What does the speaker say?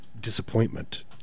Disappointment